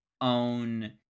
own